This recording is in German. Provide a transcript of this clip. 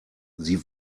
sie